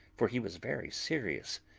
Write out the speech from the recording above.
for he was very serious.